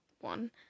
one